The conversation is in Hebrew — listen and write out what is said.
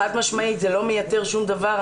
חד משמעית זה לא מייתר שום דבר.